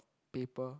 paper